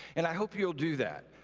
and i hope you'll do that.